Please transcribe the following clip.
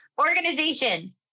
organization